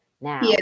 now